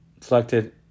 Selected